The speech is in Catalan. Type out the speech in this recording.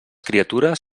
criatures